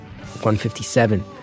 157